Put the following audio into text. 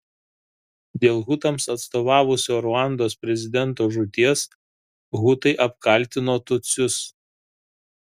dėl hutams atstovavusio ruandos prezidento žūties hutai apkaltino tutsius